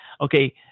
Okay